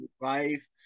life